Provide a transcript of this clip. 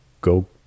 go